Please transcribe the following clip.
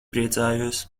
priecājos